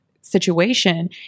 situation